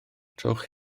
trowch